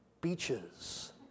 Beaches